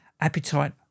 Appetite